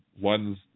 one's